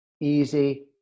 easy